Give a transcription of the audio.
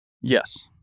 Yes